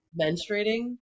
menstruating